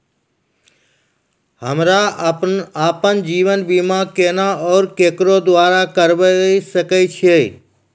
हमरा आपन जीवन बीमा केना और केकरो द्वारा करबै सकै छिये?